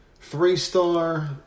Three-star